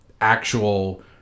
actual